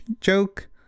joke